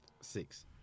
Six